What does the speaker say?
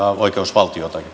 oikeusvaltiota